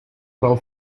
frau